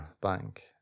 Bank